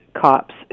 cops